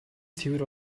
цэвэр